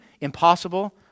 impossible